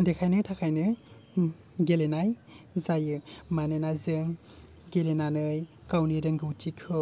देखायनो थाखायनो गेलेनाय जायो मानोना जों गेलेनानै गावनि रोंगौथिखौ